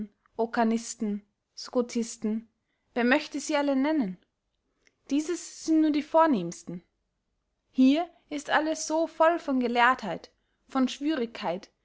occanisten scotisten wer möchte sie alle nennen dieses sind nur die vornehmsten hier ist alles so voll von gelehrtheit von schwürigkeit